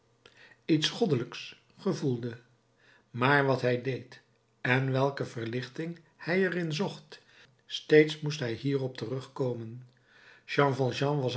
iets goddelijks gevoelde maar wat hij deed en welke verlichting hij er in zocht steeds moest hij hierop terugkomen